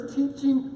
teaching